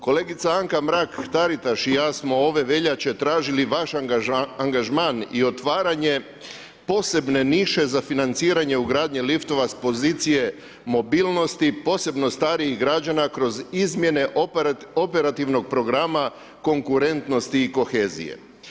Kolegica Anka Mrak Taritaš i ja smo ove veljače tražili vaš angažman i otvaranje posebne niše za financiranje ugradnje liftova s pozicije mobilnosti posebno starijih građana kroz izmjene operativnog programa konkurentnosti i kohezije.